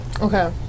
Okay